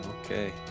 Okay